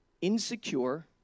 insecure